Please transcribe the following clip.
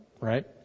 right